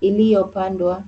iliyopandwa.